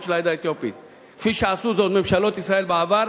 של העדה האתיופית כפי שעשו ממשלות ישראל בעבר,